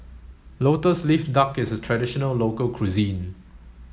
lotus leaf duck is a traditional local cuisine